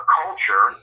culture